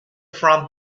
from